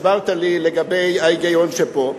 הסברת לי על ההיגיון פה,